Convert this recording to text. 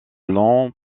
longs